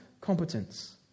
competence